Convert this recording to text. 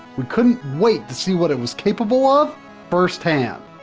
we couldn't wait to see what it was capable of first-hand.